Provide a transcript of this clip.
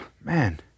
man